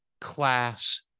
class